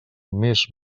més